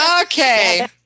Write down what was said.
Okay